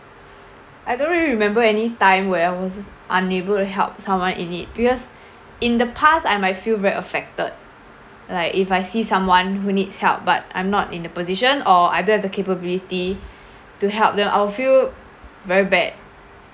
I don't really remember any time where I was unable to help someone in need because in the past I might feel very affected like if I see someone who needs help but I'm not in the position or I don't have the capability to help them I'll feel very bad